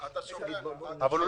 כיוון שזה נושא שלא